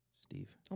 Steve